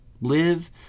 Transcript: live